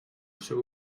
seu